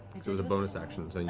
because it was a bonus action.